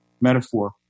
metaphor